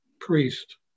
priest